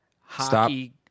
hockey